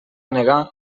negar